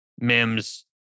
Mims